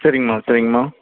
சரிங்கம்மா சரிங்கம்மா